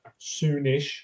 soonish